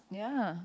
ya